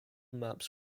maps